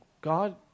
God